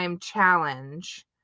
challenge